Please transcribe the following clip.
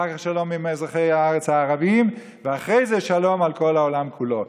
אחר כך שלום עם אזרחי הארץ הערבים ואחרי זה שלום על כל העולם כולו.